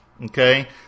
Okay